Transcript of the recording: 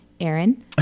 Aaron